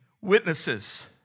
witnesses